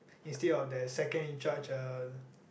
instead of that second in charge uh